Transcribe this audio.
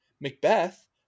Macbeth